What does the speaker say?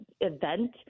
event